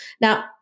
Now